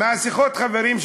חברים, בשיחות שניהלתי